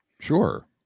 sure